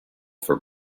for